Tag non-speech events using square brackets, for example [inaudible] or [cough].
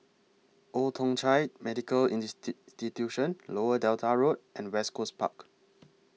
Old Thong Chai Medical [unintelligible] Lower Delta Road and West Coast Park